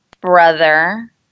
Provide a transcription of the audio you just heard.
brother